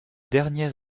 dernier